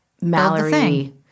Mallory